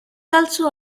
also